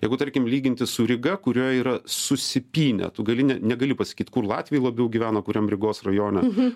jeigu tarkim lyginti su ryga kurioje yra susipynę tu gali ne negali pasakyt kur latviai labiau gyvena kuriam rygos rajone